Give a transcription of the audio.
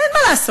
אין מה לעשות.